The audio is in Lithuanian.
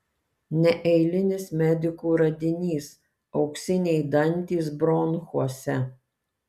neeilinis medikų radinys auksiniai dantys bronchuose